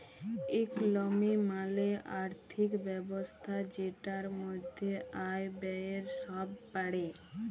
ইকলমি মালে আর্থিক ব্যবস্থা জেটার মধ্যে আয়, ব্যয়ে সব প্যড়ে